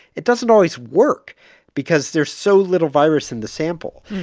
it doesn't always work because there's so little virus in the sample.